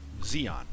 Xeon